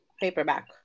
paperback